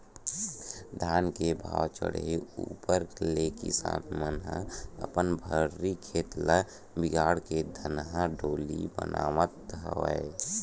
धान के भाव चड़हे ऊपर ले किसान मन ह अपन भर्री खेत ल बिगाड़ के धनहा डोली बनावत हवय